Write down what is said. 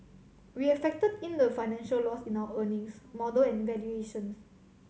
we have factored in the financial loss in our earnings model and valuations